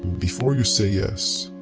before you say yes.